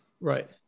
Right